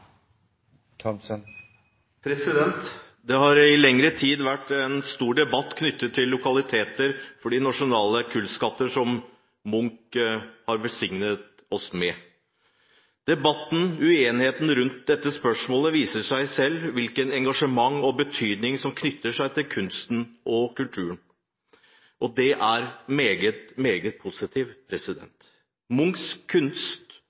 Thomsen-ånd! Det har i lengre tid vært en stor debatt knyttet til lokaliteter for de nasjonale kunstskattene som Munch har velsignet oss med. Debatten og uenigheten rundt dette spørsmålet viser i seg selv hvilket engasjement og betydning som knytter seg til kunst og kultur. Det er meget, meget positivt. Munchs kunst